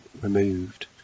removed